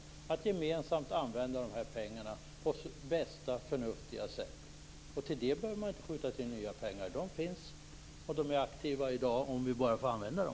De här pengarna skall användas gemensamt på bästa och förnuftigaste sätt. Till det behöver man inte skjuta till nya pengar. Pengarna finns och de är aktiva i dag, om vi bara får använda dem.